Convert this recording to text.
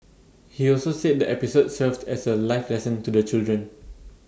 he also said the episode served as A life lesson to the children